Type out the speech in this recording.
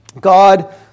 God